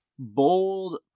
bold